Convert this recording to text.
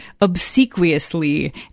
obsequiously